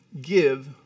give